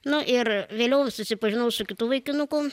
na ir vėliau susipažinau su kitu vaikinuku